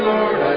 Lord